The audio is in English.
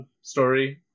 story